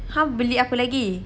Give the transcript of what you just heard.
!huh! beli apa lagi